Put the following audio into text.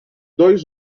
dois